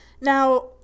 Now